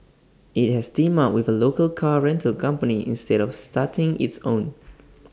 IT has teamed up with A local car rental company instead of starting its own